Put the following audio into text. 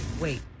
Wait